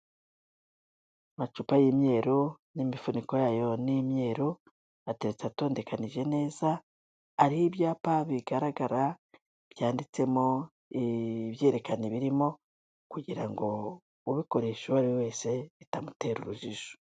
Amacupa y'imyeru n'imifuniko yayo ni imyeru, ateretse atondekanije neza, hariho ibyapa bigaragara byanditsemo ibyerekana birimo, kugira ngo ubikoresha uwo ari we wese bitamutera urujijo.